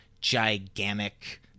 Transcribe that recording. gigantic